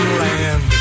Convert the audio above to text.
land